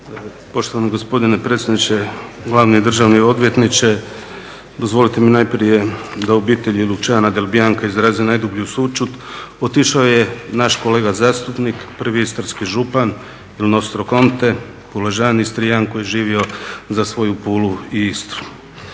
Poštovani gospodine predsjedniče, glavni državni odvjetniče. Dozvolite mi najprije da obitelji Luciana Delbianca izrazim najdublju sućut. Otišao je naš kolega zastupnik, prvi istarski župan "Il nostro incontre" uvaženi Istrijan koji je živio za svoju Pulu i Istru.